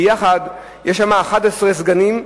יחד יש בהן 11 סגנים,